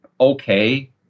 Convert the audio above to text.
okay